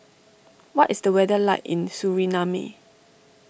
what is the weather like in Suriname